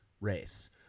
race